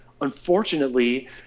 Unfortunately